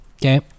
Okay